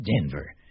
Denver